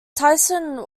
tyson